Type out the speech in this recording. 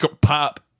Pop